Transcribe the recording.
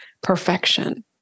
perfection